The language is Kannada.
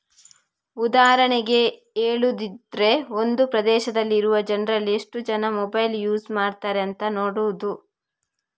ಉದಾಹರಣೆಗೆ ಹೇಳುದಿದ್ರೆ ಒಂದು ಪ್ರದೇಶದಲ್ಲಿ ಇರುವ ಜನ್ರಲ್ಲಿ ಎಷ್ಟು ಜನ ಮೊಬೈಲ್ ಯೂಸ್ ಮಾಡ್ತಾರೆ ಅಂತ ನೋಡುದು